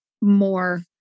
more